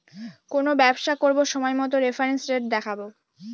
কোনো ব্যবসা করবো সময় মতো রেফারেন্স রেট দেখাবো